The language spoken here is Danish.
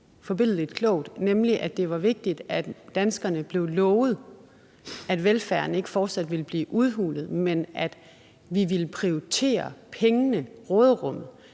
forbilledligt klogt, nemlig at det var vigtigt, at danskerne blev lovet, at velfærden ikke fortsat ville blive udhulet, men at man ville prioritere pengene, råderummet,